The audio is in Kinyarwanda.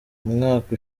umwaka